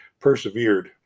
persevered